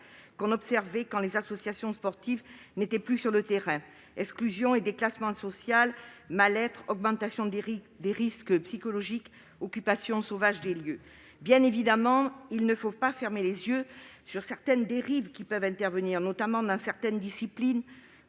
l'on observait quand les associations sportives n'étaient plus sur le terrain- exclusion et déclassement social, mal-être, augmentation des risques psychologiques, occupation sauvage des lieux, etc. Bien entendu, il ne faut pas fermer les yeux sur certaines dérives qui peuvent apparaître, notamment dans certaines disciplines,